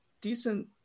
decent